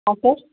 ಹಾಂ ಸರ್